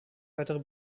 weitere